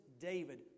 David